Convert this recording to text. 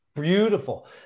Beautiful